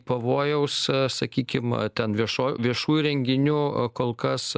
pavojaus sakykim ten viešo viešųjų renginių kol kas